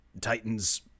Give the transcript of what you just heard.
titans